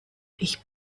ich